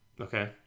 Okay